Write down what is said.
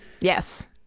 Yes